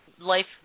life